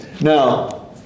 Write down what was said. Now